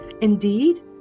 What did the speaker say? Indeed